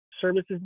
services